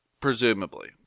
Presumably